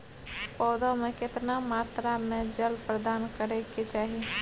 पौधों में केतना मात्रा में जल प्रदान करै के चाही?